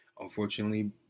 unfortunately